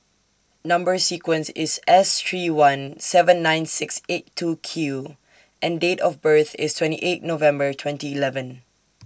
Number sequence IS S three one seven nine six eight two Q and Date of birth IS twenty eight November twenty eleven